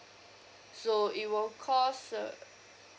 so it will cost uh